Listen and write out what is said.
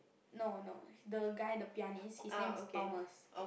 no no the guy the pianist his name is Thomas